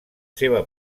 seva